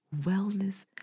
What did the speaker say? wellness